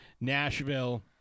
Nashville